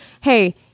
hey